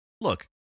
Look